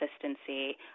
consistency